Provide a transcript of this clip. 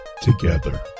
Together